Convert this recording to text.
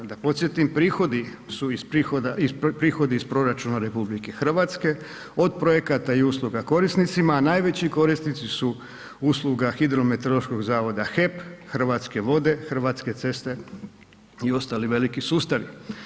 Da podsjetim, prihodi su iz prihoda, prihodi iz proračuna RH od projekata i usluga korisnicima a najveći korisnici su usluga hidrometeorološkog zavoda HEP, Hrvatske vode, Hrvatske ceste i ostali veliki sustavi.